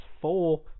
four